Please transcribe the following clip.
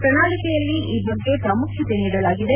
ಪ್ರಣಾಳಿಕೆಯಲ್ಲಿ ಈ ಬಗ್ಗೆ ಪ್ರಾಮುಖ್ಯತೆ ನೀಡಲಾಗಿದೆ